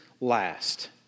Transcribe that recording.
last